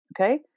Okay